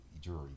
jury